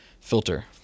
filter